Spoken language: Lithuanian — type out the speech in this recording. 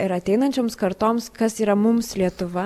ir ateinančioms kartoms kas yra mums lietuva